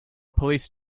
police